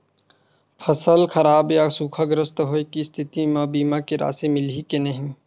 फसल खराब या सूखाग्रस्त होय के स्थिति म बीमा के राशि मिलही के नही?